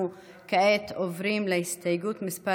אנחנו כעת עוברים להסתייגות מס'